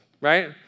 right